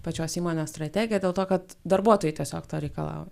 pačios įmonės strategiją dėl to kad darbuotojai tiesiog to reikalauja